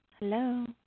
hello